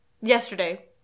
Yesterday